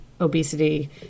obesity